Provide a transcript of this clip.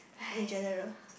in general